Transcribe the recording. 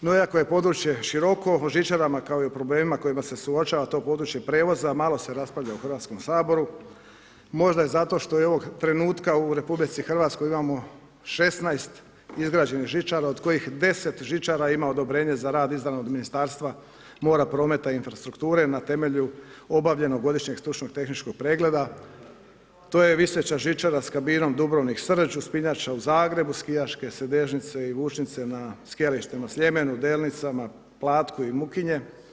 No iako je područje široko o žičarama, kao i problemima s kojima se suočava to područje prijevoza, malo se raspravlja u Hrvatskom saboru, možda zato što je ovog trenutka u RH imamo 16 izgrađenih žičara od kojih 10 žičara ima odobrenje za rad izdano od Ministarstva mora, prometa i infrastrukture na temelju obavljenog godišnjeg stručnog tehničkog pregleda, to je viseća žičara s kabinom Dubrovnik Srđ, uspinjača u Zagrebu, skijaške sedežnice i vučnice na skijalištima Sljemenu, Delnicama, Platku i Mukinje.